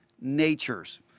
natures